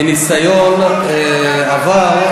מניסיון העבר,